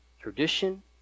Tradition